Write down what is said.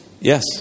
yes